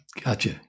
Gotcha